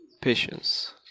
patience